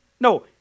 No